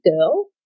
girl